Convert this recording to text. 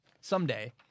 someday